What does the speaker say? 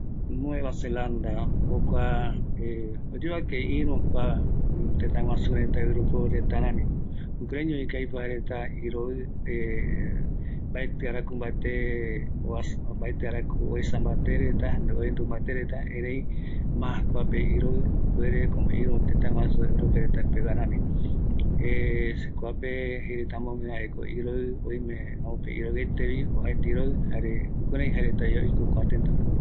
Kua tëtä nueva selanda, jaevi oyovake kua ïrü tëtä guasu Europeo reta rämi, jukuraiñoviko aipo jaereta iroï mbatï araku mbate, mbatï araku oesambatereta, ani oendu mbate reta, erei mas kuape iroï, ipuereko iru tëtä guaju pegua rami kuape jeireta amogue jaeko iroï, oime amope iroïetevi, oajaete iroï jare jukurai jaereta oiko kua tëtäpe.